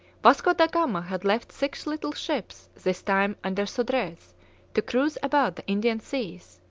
vasco da gama had left six little ships this time under sodrez to cruise about the indian seas,